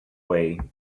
way